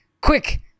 quick